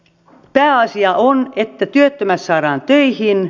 pääasia on että työttömät saadaan töihin